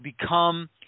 become